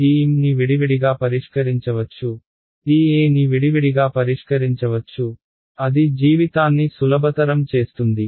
కాబట్టి TM ని విడివిడిగా పరిష్కరించవచ్చు TE ని విడివిడిగా పరిష్కరించవచ్చు అది జీవితాన్ని సులభతరం చేస్తుంది